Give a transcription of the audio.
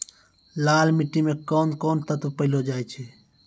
लाल मिट्टी मे कोंन कोंन तत्व पैलो जाय छै?